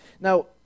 Now